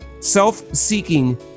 self-seeking